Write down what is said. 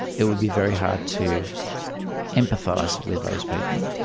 it would be very hard to empathise with those people.